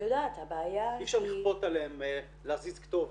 הבעיה היא --- אי אפשר לכפות עליהם להזיז כתובת,